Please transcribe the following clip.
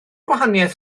gwahaniaeth